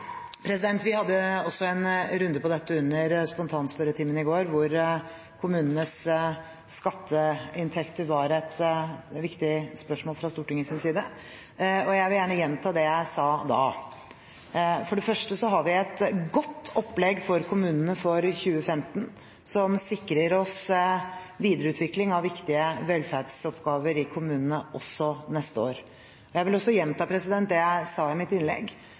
Vi hadde også en runde på dette under spontanspørretimen i går da kommunenes skatteinntekter var et viktig spørsmål fra Stortingets side. Jeg vil gjerne gjenta det jeg sa da. For det første har vi et godt opplegg for kommunene for 2015 som sikrer oss videreutvikling av viktige velferdsoppgaver i kommunene også neste år. Jeg vil også gjenta det jeg sa i mitt innlegg,